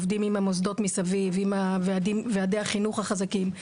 עובדים עם המוסדות מסביב, עם ועדי החינוך החזקים.